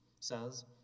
says